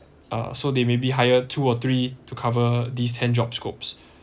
uh so they maybe hire two or three to cover these ten job scopes